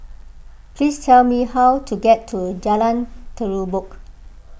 please tell me how to get to Jalan Terubok